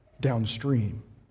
downstream